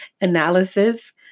analysis